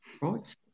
Right